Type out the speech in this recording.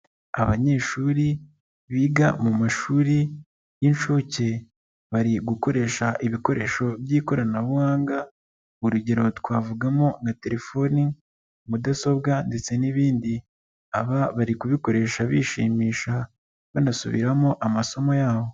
Abanyeshuri biga mu mashuri y'inshuke, bari gukoresha ibikoresho by'ikoranabuhanga urugero twavugamo nka telefoni, mudasobwa ndetse n'ibindi. Aba bari kubikoresha bishimisha banasubiramo amasomo yabo.